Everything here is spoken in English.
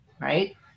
right